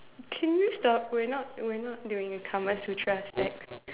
can you stop we're not we're not doing a Kama-Sutra sex